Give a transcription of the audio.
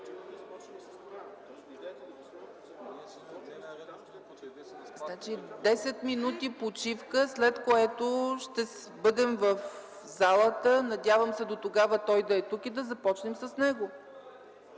минути почивка, след което ще бъдем в залата. Надявам се дотогава министър Цветанов да е тук и да започнем с него.